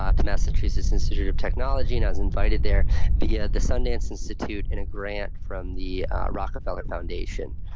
ah to massachusetts institute of technology, and i was invited there via the sundance institute in a grant from the rockefeller foundation.